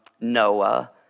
Noah